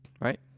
right